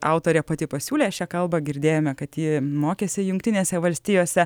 autorė pati pasiūlė šią kalbą girdėjome kad ji mokėsi jungtinėse valstijose